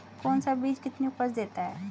कौन सा बीज कितनी उपज देता है?